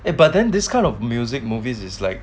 eh but then this kind of music movies is like